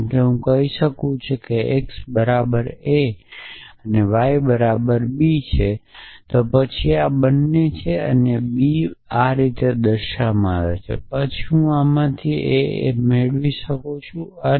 કારણ કે હું કહું છું કે x બરાબર a અને y બરાબર b બરાબર છે પછી આ બને છે આ b બને છે અને હું આ પછી આમાંથી મેળવી શકું છું